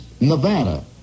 Nevada